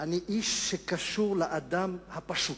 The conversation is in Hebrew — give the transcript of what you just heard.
אני איש שקשור לאדם הפשוט.